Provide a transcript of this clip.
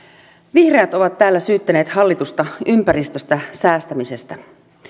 vihreät ovat täällä syyttäneet hallitusta ympäristöstä säästämisestä